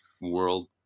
world